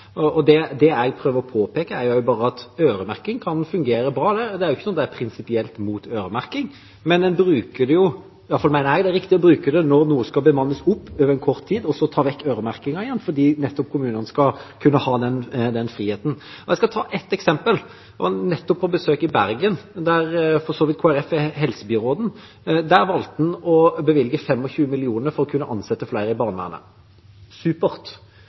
og forhandlet, og jeg var godt fornøyd med den løsningen vi fant. Det jeg prøver å påpeke, er at øremerking kan fungere bra – det er ikke sånn at jeg er prinsipielt imot øremerking. Men jeg mener det er riktig å bruke det når noe skal bemannes opp over en kort tid, og så ta vekk øremerkingen igjen – nettopp for at kommunene skal kunne ha den friheten. Jeg skal ta et eksempel. Jeg var nettopp på besøk i Bergen, der Kristelig Folkeparti har helsebyråden. Der valgte en å bevilge 25 mill. kr for å kunne ansette flere i barnevernet – supert.